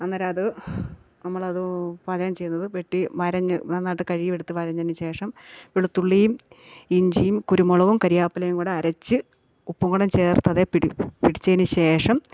അന്നേരം അത് നമ്മളതു പാചകം ചെയ്യുന്നത് വെട്ടി വരഞ്ഞ് നന്നായിട്ട് കഴുകിയെടുത്ത് വഴഞ്ഞതിന് ശേഷം വെളുത്തുള്ളിയും ഇഞ്ചിയും കുരുമുളകും കരിയാപ്പിലേം കൂടെ അരച്ച് ഉപ്പ്ങ്കോടേം ചേർത്ത് അതേ പിടി പിടിച്ചതിന് ശേഷം